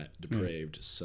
depraved